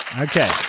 Okay